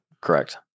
Correct